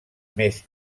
més